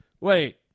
Wait